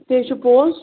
تےَ چھُ پوٚز